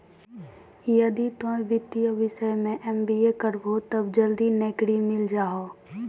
यदि तोय वित्तीय विषय मे एम.बी.ए करभो तब जल्दी नैकरी मिल जाहो